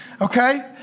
okay